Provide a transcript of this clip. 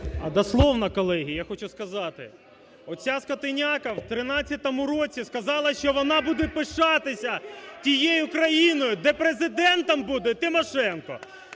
А дослівно, колеги, я хочу сказати. Оця скотиняка в 2013 році сказала, що вона буде пишатися тією країною, де Президентом буде Тимошенко!